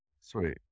sweet